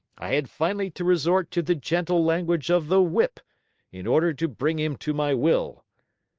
i had finally to resort to the gentle language of the whip in order to bring him to my will.